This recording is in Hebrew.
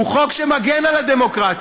הוא חוק שמגן על הדמוקרטיה.